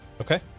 okay